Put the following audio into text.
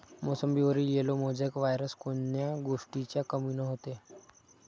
मोसंबीवर yellow mosaic virus कोन्या गोष्टीच्या कमीनं होते?